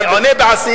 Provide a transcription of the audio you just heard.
אני עונה בעשייה.